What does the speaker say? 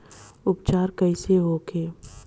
उपचार कईसे होखे?